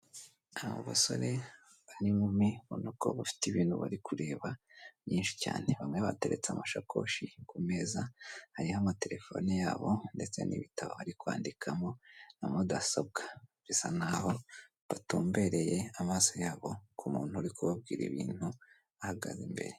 Aba basore n'inkumi ubona ko bafite ibintu bari kureba byinshi cyane, bamwe bateretse amashakoshi ku meza hariho amatelefone yabo ndetse n'ibitabo bari kwandikamo na mudasobwa, bisa n'aho batumbereye amaso yabo ku muntu uri kubabwira ibintu ahagaze imbere.